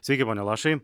sveiki pone lašai